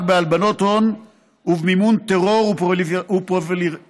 בהלבנות הון ובמימון טרור ופרוליפרציה,